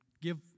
give